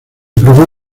probó